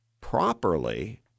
properly